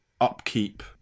upkeep